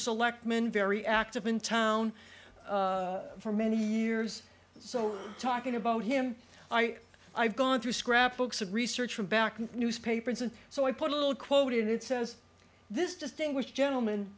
selectman very active in town for many years so talking about him i've gone through scrapbooks of research from back to newspapers and so i put a little quoted says this distinguished gentleman